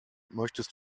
möchtest